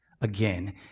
again